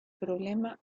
problema